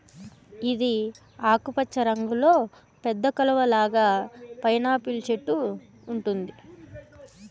ఇది ఆకుపచ్చ రంగులో పెద్ద కలువ లాగా పైనాపిల్ చెట్టు ఉంటుంది